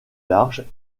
large